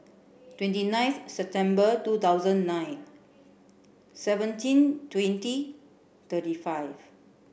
twenty ninth September two thousand nine seventeen twenty thirty five